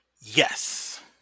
Yes